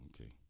okay